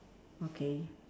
okay